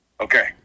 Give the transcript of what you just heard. Okay